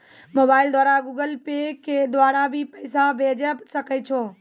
Mobile द्वारा Google Pay के द्वारा भी पैसा भेजै सकै छौ?